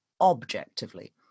objectively